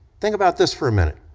think about this for a minute.